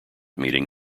meeting